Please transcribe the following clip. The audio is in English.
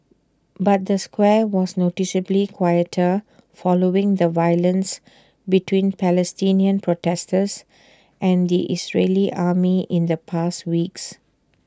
but the square was noticeably quieter following the violence between Palestinian in protesters and the Israeli army in the past weeks